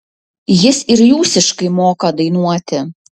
jis ir jūsiškai moka dainuoti